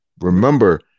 remember